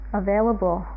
available